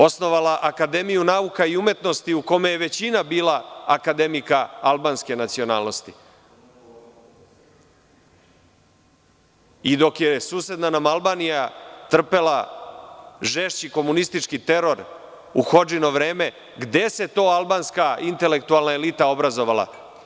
Osnovala je Akademiju nauka i umetnosti, gde je većina bila akademika albanske nacionalnosti i dok je, susedna Albanija trpela žešći komunistički teror u Hodžino vreme, gde se to albanska intelektualna elita obrazovala?